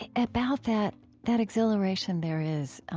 and about that that exhilaration there is,